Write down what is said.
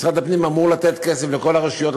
משרד הפנים אמור לתת כסף לכל הרשויות,